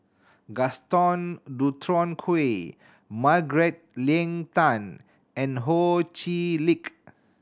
Gaston Dutronquoy Margaret Leng Tan and Ho Chee Lick